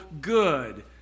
good